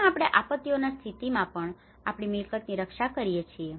જ્યાં આપણે આપત્તિઓની સ્થિતિમાં પણ આપણી મિલકતોની રક્ષા કરી શકીએ છીએ